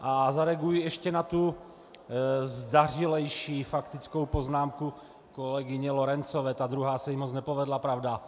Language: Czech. A zareaguji ještě na tu zdařilejší faktickou poznámku kolegyně Lorencové, ta druhá se jí moc nepovedla, pravda.